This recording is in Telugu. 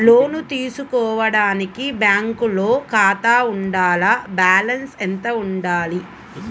లోను తీసుకోవడానికి బ్యాంకులో ఖాతా ఉండాల? బాలన్స్ ఎంత వుండాలి?